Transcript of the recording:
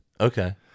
Okay